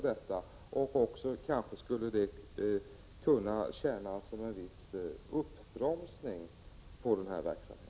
Det kanske skulle kunna tjäna som en viss uppbromsning av denna verksamhet.